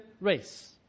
race